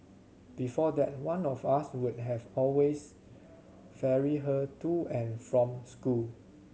before that one of us would always ferry her to and from school